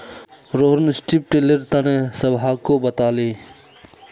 Rohan strip tiller तने सबहाको बताले